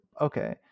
Okay